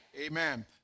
Amen